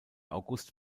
august